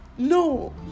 No